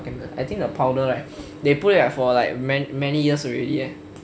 I think the powder right they put it for like many years already leh